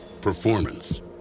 performance